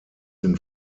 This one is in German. den